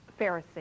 Pharisee